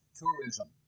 tourism